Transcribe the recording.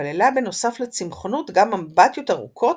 וכללה בנוסף לצמחונות גם אמבטיות ארוכות